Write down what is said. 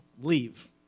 leave